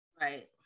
Right